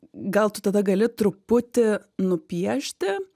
gal tu tada gali truputį nupiešti